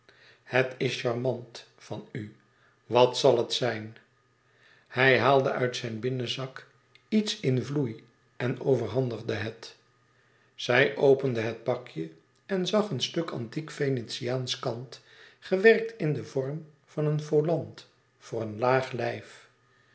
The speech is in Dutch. het is charmant van u wat zal het zijn hij haalde uit zijn binnenzak iets in vloei en overhandigde het zij opende het pakje en zag een stuk antieke venetiaansche kant gewerkt in den vorm van een volant voor een laag lijf